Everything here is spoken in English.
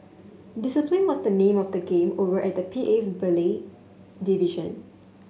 discipline was the name of the game over at the P A's ballet division